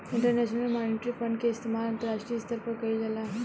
international monetary fund के इस्तमाल अंतरराष्ट्रीय स्तर पर कईल जाला